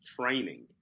training